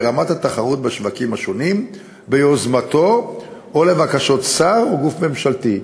רמת התחרות בשווקים השונים ביוזמתו או לבקשות שר או גוף ממשלתי.